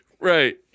right